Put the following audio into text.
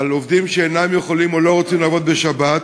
על עובדים שאינם יכולים או אינם רוצים לעבוד בשבת,